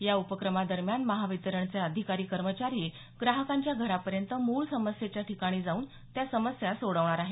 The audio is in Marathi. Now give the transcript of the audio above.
या उपक्रमादरम्यान महावितरणचे अधिकारी कर्मचारी ग्राहकांच्या घरापर्यंत मूळ समस्येच्या ठिकाणी जाऊन त्या समस्या सोडवणार आहेत